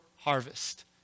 harvest